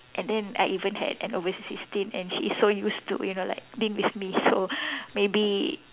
and then I even had an overseas stint and she is so used to you know like being with me so maybe